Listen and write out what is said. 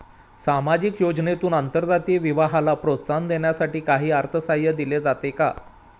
सामाजिक योजनेतून आंतरजातीय विवाहाला प्रोत्साहन देण्यासाठी काही अर्थसहाय्य दिले जाते का?